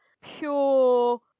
Pure